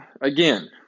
again